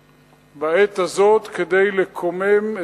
בעת הזאת כדי לכונן את ציון,